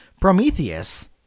Prometheus